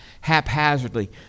haphazardly